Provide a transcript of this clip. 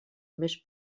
més